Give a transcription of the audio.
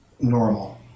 normal